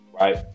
right